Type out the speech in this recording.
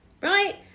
right